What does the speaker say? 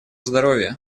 здоровья